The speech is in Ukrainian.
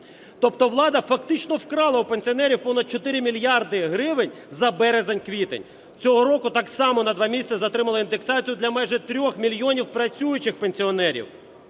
тобто влада фактично вкрала у пенсіонерів понад 4 мільярди гривень за березень-квітень. Цього року так само на два місяці затримали індексацію для майже 3 мільйонів працюючих пенсіонерів.